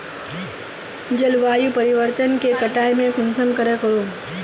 जलवायु परिवर्तन के कटाई में कुंसम करे करूम?